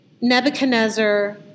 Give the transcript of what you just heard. Nebuchadnezzar